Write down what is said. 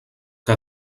que